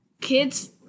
kids